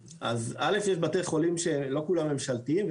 א' יש בתי חולים שלא כולם ממשלתיים,